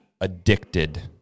addicted